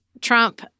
Trump